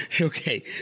Okay